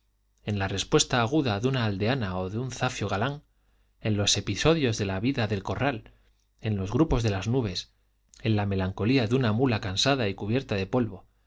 en la respuesta aguda de una aldeana o de un zafio gañán en los episodios de la vida del corral en los grupos de las nubes en la melancolía de una mula cansada y cubierta de polvo